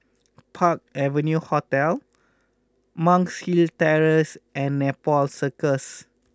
Park Avenue Hotel Monk's Hill Terrace and Nepal Circus